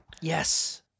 Yes